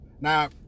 Now